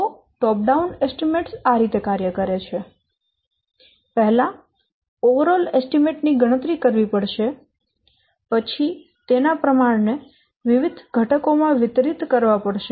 તો top down અંદાજ આ રીતે કાર્ય કરે છે પહેલા એકંદર અંદાજ ની ગણતરી કરવી પડશે પછી તેના પ્રમાણને વિવિધ ઘટકો માં વિતરિત કરવા પડશે